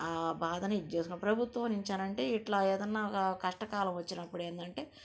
ఆ బాధని ఇది చేసుకొని ప్రభుత్వం నుంచి అని అంటే ఇట్లా ఏదైనా కష్టకాలం వచ్చినప్పుడు ఏంటంటే